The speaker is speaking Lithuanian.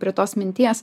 prie tos minties